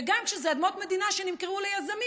וגם כשאלה אדמות מדינה שנמכרו ליזמים,